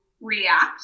react